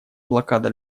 блокада